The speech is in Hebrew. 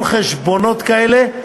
מיליון חשבונות כאלה,